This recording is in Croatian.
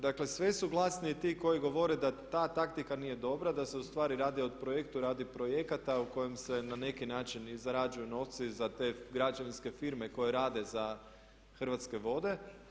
Dakle, sve su glasniji ti koji govore da ta taktika nije dobra, da se u stvari radi o projektu, radi projekata u kojem se na neki način i zarađuju novci za te građevinske firme koje rade za Hrvatske vode.